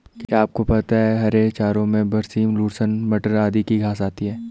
क्या आपको पता है हरे चारों में बरसीम, लूसर्न, मटर आदि की घांस आती है?